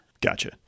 Gotcha